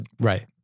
Right